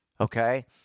okay